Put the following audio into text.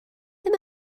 ddim